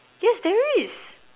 yes there is